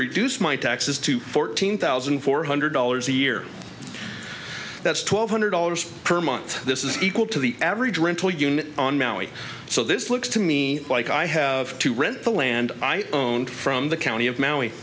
reduce my taxes to fourteen thousand four hundred dollars a year that's twelve hundred dollars per month this equal to the average rental units on maui so this looks to me like i have to rent the land i own from the county of m